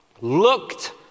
looked